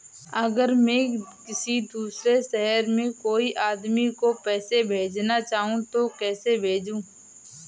अगर मैं किसी दूसरे शहर में कोई आदमी को पैसे भेजना चाहूँ तो कैसे भेजूँ?